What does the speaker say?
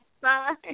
Bye